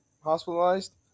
hospitalized